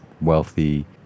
wealthy